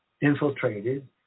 infiltrated